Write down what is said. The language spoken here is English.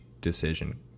decision